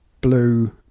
blue